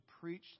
preach